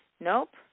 nope